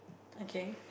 okay